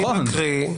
אני מקריא.